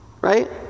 right